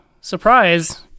Surprise